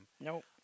Nope